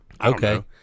Okay